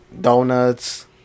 donuts